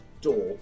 door